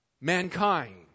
Mankind